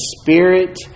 spirit